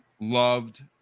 loved